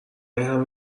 اینهمه